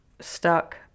stuck